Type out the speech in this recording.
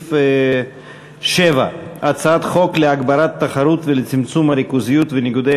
סעיף 7: הצעת חוק להגברת התחרות ולצמצום הריכוזיות וניגודי